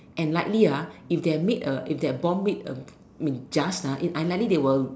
and likely ah if they made a if their bomb a mean just ah it unlikely they will